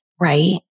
right